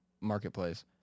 Marketplace